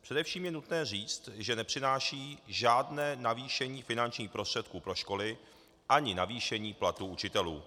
Především je nutné říct, že nepřináší žádné navýšení finančních prostředků pro školy ani navýšení platů učitelů.